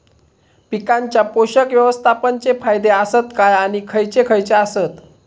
पीकांच्या पोषक व्यवस्थापन चे फायदे आसत काय आणि खैयचे खैयचे आसत?